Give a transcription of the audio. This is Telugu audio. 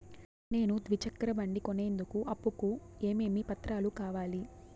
నేను ద్విచక్ర బండి కొనేందుకు అప్పు కు ఏమేమి పత్రాలు కావాలి?